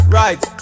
right